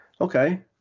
okay